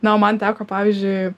na o man teko pavyzdžiui